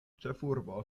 ĉefurbo